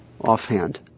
offhand